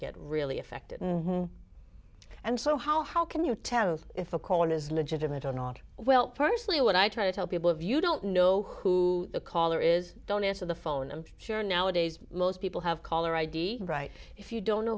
get really affected and so how how can you tell if a call is legitimate or not well personally what i try to tell people of you don't know who the caller is don't answer the phone i'm sure nowadays most people have caller id right if you don't know